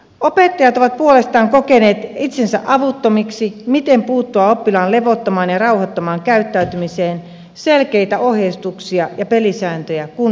opettajat ovat puolestaan kokeneet itsensä avuttomiksi siinä miten puuttua oppilaan levottomaan ja rauhattomaan käyttäytymiseen selkeitä ohjeistuksia ja pelisääntöjä kun ei ole ollut